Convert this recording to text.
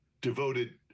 devoted